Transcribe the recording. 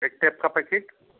एक टेप का पैकेट